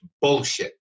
bullshit